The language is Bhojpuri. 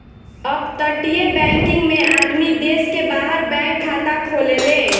अपतटीय बैकिंग में आदमी देश के बाहर बैंक खाता खोलेले